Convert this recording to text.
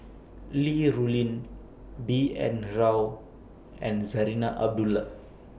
Li Rulin B N Rao and Zarinah Abdullah